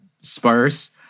sparse